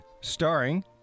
starring